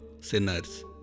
sinners